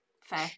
Fair